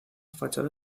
fachada